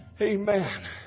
Amen